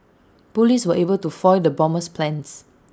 Police were able to foil the bomber's plans